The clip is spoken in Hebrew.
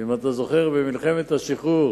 אם אתה זוכר, במלחמת השחרור